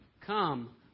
come